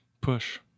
push